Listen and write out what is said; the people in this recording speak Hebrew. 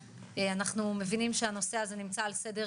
אנחנו מבינים שהנושא הזה נמצא על סדר